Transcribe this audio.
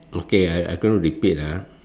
okay I I gonna repeat ah